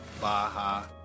Baja